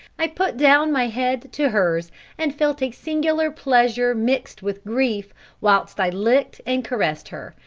i put down my head to hers and felt a singular pleasure mixed with grief whilst i licked and caressed her,